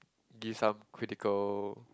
give some critical